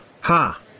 ha